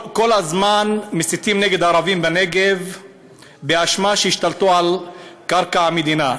כל הזמן מסיתים נגד ערבים בנגב בהאשמה שהשתלטו על קרקע המדינה,